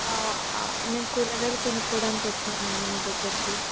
నేను కూరగాయలు కొనుక్కోవడానికి వచ్చానండి మీ దగ్గరకి